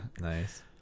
Nice